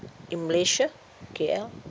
in malaysia K_L